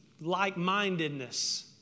like-mindedness